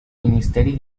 ministeri